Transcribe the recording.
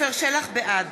בעד